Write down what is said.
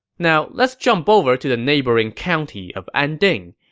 now, let's jump over to the neighboring county of anding,